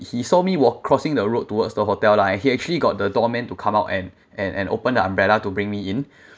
he saw me walk~ crossing the road towards the hotel lah he actually got the doorman to come out and and and open the umbrella to bring me in